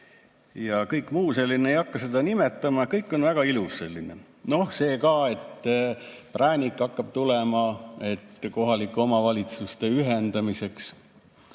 ja kõik muu selline, ei hakka rohkem nimetama. Kõik on väga ilus. Noh, see ka, et präänik hakkab tulema kohalike omavalitsuste ühendamiseks,